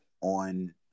on